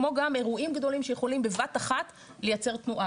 כמו גם אירועים גדולים שיכולים בבת אחת לייצר תנועה.